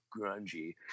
grungy